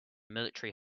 military